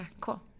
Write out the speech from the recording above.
Cool